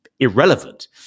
Irrelevant